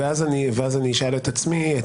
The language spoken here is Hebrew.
ואז אשאל את עצמי את